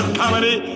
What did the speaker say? comedy